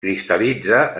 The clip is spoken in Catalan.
cristal·litza